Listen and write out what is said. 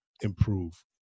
improve